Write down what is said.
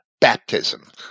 baptism